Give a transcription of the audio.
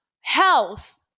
health